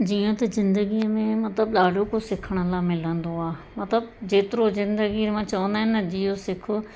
जीअं त ज़िंदगीअ में मतिलबु ॾाढो कुझु सिखण लाइ मिलंदो आहे मतिलबु जेतिरो ज़िंदगीअ मां चवंदा आहिनि न जियो सिख